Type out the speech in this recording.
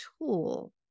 tool